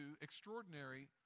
extraordinary